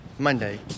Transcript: Monday